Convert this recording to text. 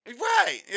Right